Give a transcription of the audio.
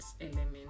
element